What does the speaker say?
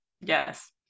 yes